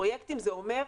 פרויקטים זה אומר: